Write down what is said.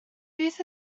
beth